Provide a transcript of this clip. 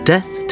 Death